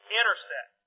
intersect